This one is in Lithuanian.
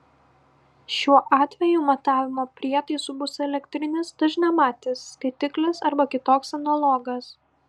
šiuo atveju matavimo prietaisu bus elektrinis dažniamatis skaitiklis arba kitoks analogas